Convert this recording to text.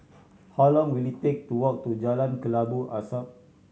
how long will it take to walk to Jalan Kelabu Asap